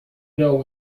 know